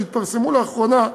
שהתפרסמו לאחרונה,